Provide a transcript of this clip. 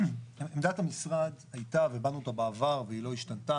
עמדת המשרד הייתה והבענו אותה בעבר והיא לא השתנתה,